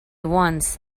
once